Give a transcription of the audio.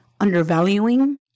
undervaluing